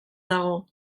dago